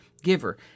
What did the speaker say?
giver